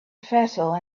vessel